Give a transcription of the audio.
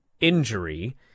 injury